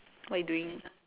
what you doing